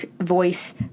voice